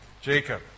Jacob